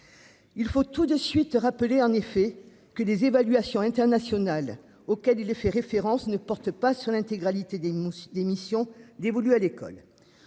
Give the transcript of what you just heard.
Il faut tout de suite rappeler en effet que les évaluations internationales auxquelles il est fait référence ne porte pas sur l'intégralité des mousses, des missions dévolues à l'école.